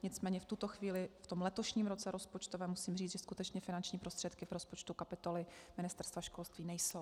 Nicméně v tuto chvíli, v letošním rozpočtovém roce, musím říci, že skutečně finanční prostředky v rozpočtu kapitoly Ministerstva školství nejsou.